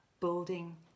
building